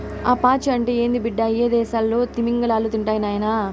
ఆ పాచి అంటే ఏంది బిడ్డ, అయ్యదేసాల్లో తిమింగలాలు తింటాయి నాయనా